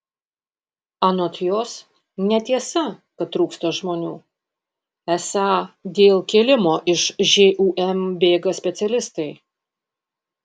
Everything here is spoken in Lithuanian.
anot jos netiesa kad trūksta žmonių esą dėl kėlimo iš žūm bėga specialistai